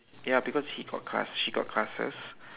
ya because he got class she got classes